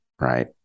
right